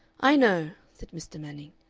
i know, said mr. manning,